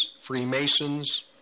Freemasons